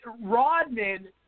Rodman